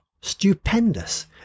stupendous